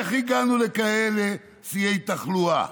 איך הגענו לכאלה שיאי תחלואה?